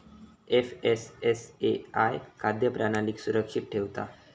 FSSAI खाद्य प्रणालीक सुरक्षित ठेवता